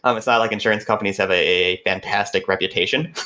um it's not like insurance companies have a fantastic reputation,